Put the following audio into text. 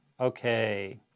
Okay